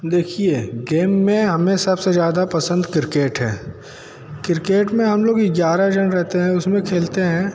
देखिए गेम में हमें सब से ज़्यादा पसंद क्रिकेट है क्रिकेट में हम लोग ग्यारह जन रहते हैं उस में खेलते हैं